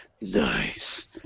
Nice